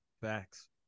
Facts